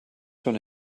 schon